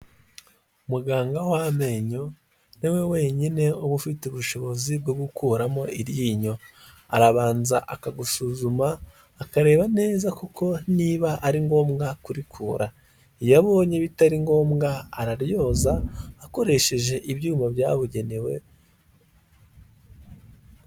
Muganga w’amenyo niwe wenyine uba ufite ubushobozi bwo gukuramo iryinyo, arabanza akagusuzuma akareba neza kuko niba ari ngombwa kurikura, iyo abonye bitari ngombwa araryoza akoresheje ibyuma byabugenewe.